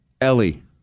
Ellie